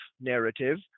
narrative